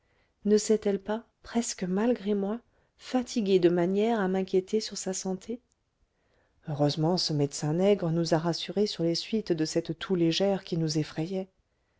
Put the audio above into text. ne s'est-elle pas presque malgré moi fatiguée de manière à m'inquiéter sur sa santé heureusement ce médecin nègre nous a rassurés sur les suites de cette toux légère qui nous effrayait